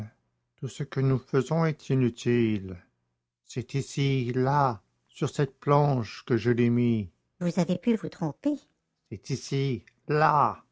tout ce que nous faisons est inutile c'est ici là sur cette planche que je l'ai mis vous avez pu vous tromper c'est ici là